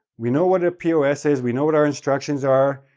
we know what a pos is, we know what our instructions are,